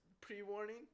pre-warning